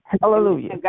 Hallelujah